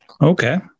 Okay